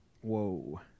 whoa